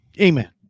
Amen